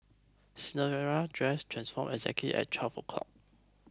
Cinderella's dress transformed exactly at twelve o'clock